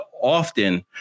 often